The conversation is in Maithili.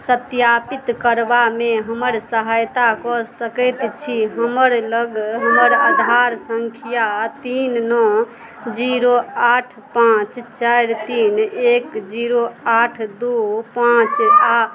सत्यापित करबामे हमर सहायता कऽ सकैत छी हमर लग हमर आधार संख्या तीन नओ जीरो आठ पाँच चारि तीन एक जीरो आठ दू पाँच आ